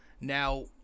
Now